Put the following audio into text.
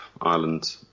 Ireland